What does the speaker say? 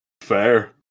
Fair